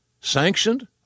sanctioned